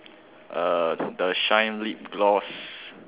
uh the shine lip gloss